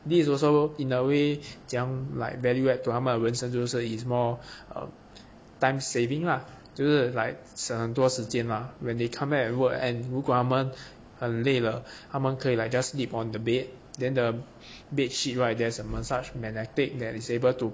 this is also in a way 怎样 like value add to 他们的人生就是 is more um time saving lah 就是 like 省很多时间嘛 when they come back at work end 如果他们很累了他们可以 like just sleep on the bed then the bedsheet right there's a massage magnetic that is able to